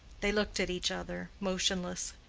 they looked at each other, motionless.